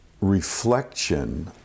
reflection